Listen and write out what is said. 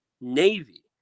Navy